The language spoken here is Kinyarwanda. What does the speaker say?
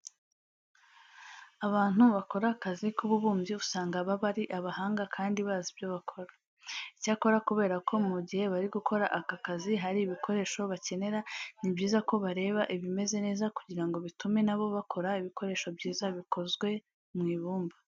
Abantu bakora akazi k'ububumbyi usanga baba ari abahanga kandi bazi ibyo bakora. Icyakora kubera ko mu gihe bari gukora aka kazi hari ibikoresho bakenera, ni byiza ko bareba ibimeze neza kugira ngo bitume na bo bakora ibikoresho byiza bikozwe mu ibumba.